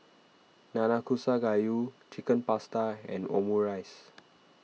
Nanakusa Gayu Chicken Pasta and Omurice